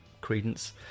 credence